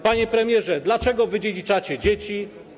Panie premierze, dlaczego wydziedziczacie dzieci?